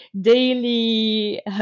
daily